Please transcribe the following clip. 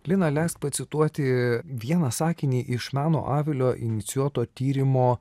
lina leisk pacituoti vieną sakinį iš meno avilio inicijuoto tyrimo